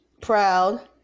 proud